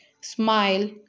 Smile